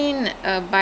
but ya